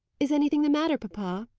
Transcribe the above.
is anything the matter, papa?